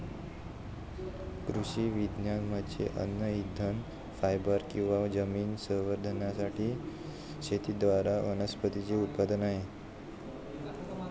कृषी विज्ञान म्हणजे अन्न इंधन फायबर किंवा जमीन संवर्धनासाठी शेतीद्वारे वनस्पतींचे उत्पादन आहे